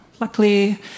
Luckily